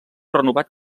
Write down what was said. renovat